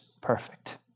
perfect